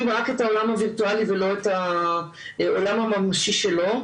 רק את העולם הווירטואלי ולא את העולם הממשי שלהם